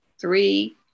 Three